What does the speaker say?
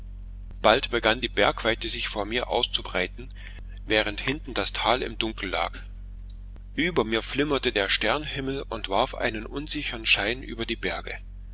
bald begann die bergweite sich vor mir auszubreiten während hinten das tal im dunkel lag über mir flimmerte der sternhimmel und warf einen unsichern schein über die berge